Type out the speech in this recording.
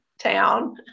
town